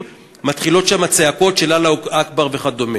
מתחילות שם הצעקות של "אללהֻ אכבר" וכדומה.